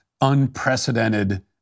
unprecedented